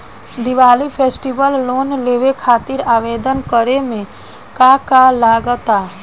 Diwali festival loan लेवे खातिर आवेदन करे म का का लगा तऽ?